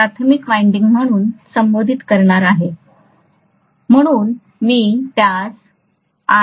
मी हे प्राथमिक वायंडिंग म्हणून संबोधित करणार आहे म्हणून मी त्यास संबोधित करीत आहे